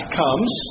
comes